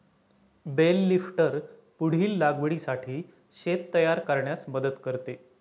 bell lifter पुढील लागवडीसाठी शेत तयार करण्यास मदत करते